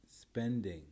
spending